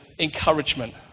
encouragement